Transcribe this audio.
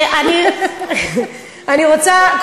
אני רוצה,